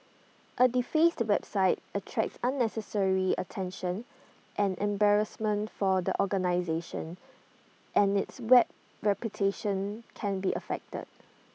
A defaced website attracts unnecessary attention and embarrassment for the organisation and its web reputation can be affected